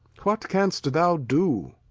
what canst thou do?